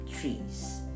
trees